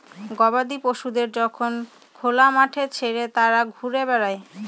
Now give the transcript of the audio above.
গবাদি পশুদের যখন খোলা মাঠে ছেড়ে তারা ঘুরে বেড়ায়